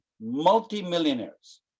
multi-millionaires